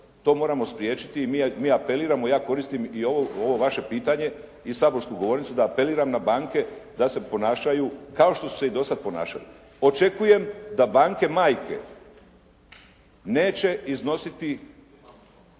To moramo spriječiti i mi apeliramo, ja koristim i ovo vaše pitanje i saborsku govornicu da apeliram na banke da se ponašaju kao što su se i do sad ponašale. Očekujem da banke majke neće iznositi